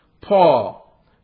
Paul